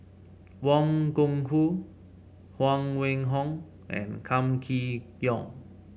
Wang Gungwu Huang Wenhong and Kam Kee Yong